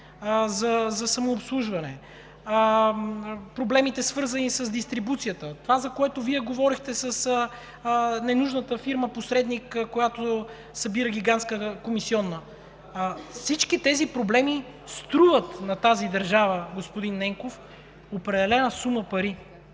за самообслужване, проблемите, свързани с дистрибуцията, това, за което Вие говорихте, с ненужната фирма посредник, която събира гигантска комисиона, струват на държавата, господин Ненков, определена сума пари.